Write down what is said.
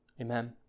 Amen